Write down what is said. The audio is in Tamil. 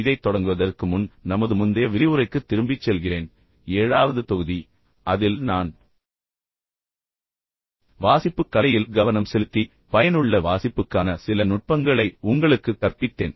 இதைத் தொடங்குவதற்கு முன் நமது முந்தைய விரிவுரைக்குத் திரும்பிச் செல்கிறேன் ஏழாவது தொகுதி அதில் நான் வாசிப்புக் கலையில் கவனம் செலுத்தி பயனுள்ள வாசிப்புக்கான சில நுட்பங்களை உங்களுக்குக் கற்பித்தேன்